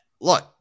look